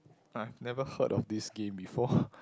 I've never heard of this game before